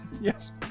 yes